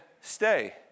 stay